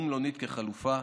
ומלונית כחלופה,